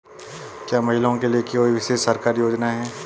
क्या महिलाओं के लिए कोई विशेष सरकारी योजना है?